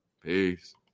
Peace